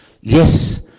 Yes